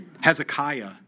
Hezekiah